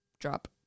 drop